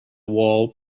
wall